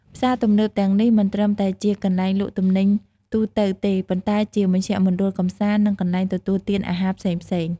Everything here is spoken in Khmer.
ផ្សារទំនើបទាំងនេះ មិនត្រឹមតែជាកន្លែងលក់ទំនិញទូទៅទេ ប៉ុន្តែជាមជ្ឈមណ្ឌលកម្សាន្ត និងកន្លែងទទួលទានអាហារផ្សេងៗ។